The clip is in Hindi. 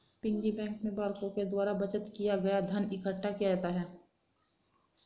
पिग्गी बैंक में बालकों के द्वारा बचत किया गया धन इकट्ठा किया जाता है